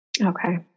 Okay